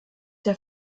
der